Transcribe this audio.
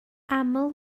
aml